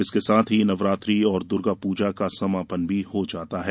इसके साथ ही नवरात्रि और दुर्गा पूजा का समापन भी हो जाता है